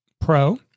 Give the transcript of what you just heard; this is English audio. Pro